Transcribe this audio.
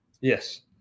Yes